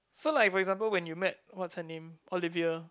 so like for example when you met what's her name Olivia